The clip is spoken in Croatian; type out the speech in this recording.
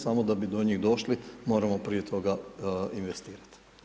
Samo da bi do njih došli, moramo prije toga investirati.